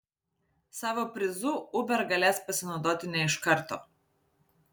savo prizu uber galės pasinaudoti ne iš karto